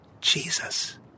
Jesus